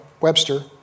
Webster